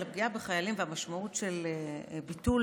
על פגיעה בחיילים והמשמעות של ביטול